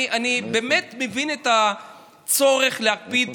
אני באמת מבין את הצורך להקפיד